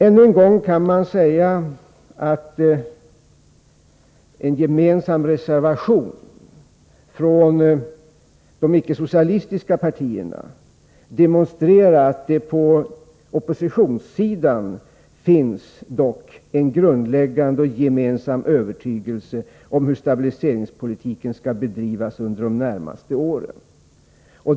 Ännu en gång kan man säga att en gemensam reservation från de icke-socialistiska partierna demonstrerar att det dock på oppositionssidan finns en grundläggande gemensam övertygelse om hur stabiliseringspolitiken skall bedrivas under de närmaste åren.